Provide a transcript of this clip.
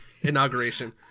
Inauguration